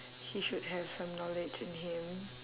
he should have some knowledge in him